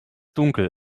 dunkel